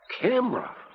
Camera